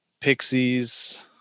Pixies